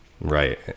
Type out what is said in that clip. Right